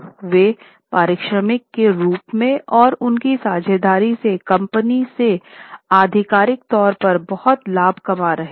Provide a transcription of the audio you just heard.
वे पारिश्रमिक के रूप में और उनकी साझेदारी से कंपनी से आधिकारिक तौर पर बहुत लाभ कमा रहे थे